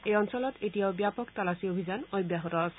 সেই অঞ্চলত এতিয়াও ব্যাপক তালাচী অভিযান অব্যাহত আছে